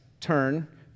turn